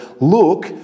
Look